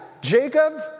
Jacob